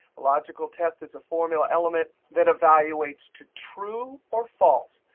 logical test is a formula element that evaluates to true or false.